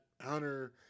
Hunter